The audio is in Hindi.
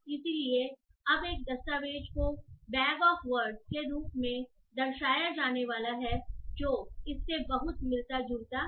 इसलिए अब एक दस्तावेज को बैग ऑफ वर्ड्स के रूप में दर्शाया जाने वाला है जो इस से बहुत मिलता जुलता है